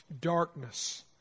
Darkness